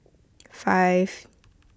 five